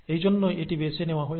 এজন্যই এটি বেছে নেওয়া হয়েছে